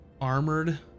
armored